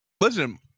Listen